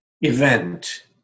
event